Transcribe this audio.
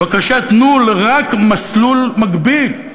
בבקשה, תנו רק מסלול מקביל.